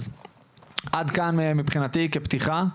אז עד כאן מבחינתי כפתיחה.